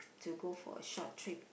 to go for a short trip